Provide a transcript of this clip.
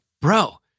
Bro